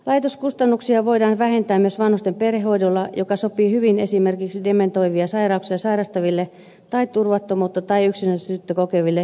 laitoskustannuksia voidaan vähentää myös vanhusten perhehoidolla joka sopii hyvin esimerkiksi dementoivia sairauksia sairastaville tai turvattomuutta tai yksinäisyyttä kokeville ikäihmisille